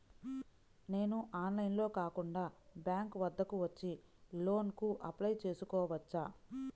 నేను ఆన్లైన్లో కాకుండా బ్యాంక్ వద్దకు వచ్చి లోన్ కు అప్లై చేసుకోవచ్చా?